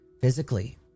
physically